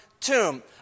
tomb